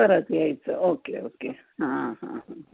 परत यायचं okay okay हां हां हां